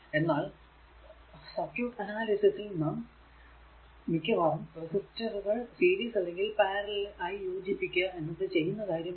എന്നാൽ circuit analysis ൽ നാം മിക്കവാറും റെസിസ്റ്ററുകൾ സീരീസ് അല്ലെങ്കിൽ പാരലൽ ആയി യോജിപ്പിക്കുക എന്നത് ചെയ്യുന്ന കാര്യം ആണ്